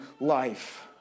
life